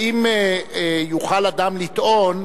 האם יוכל אדם לטעון: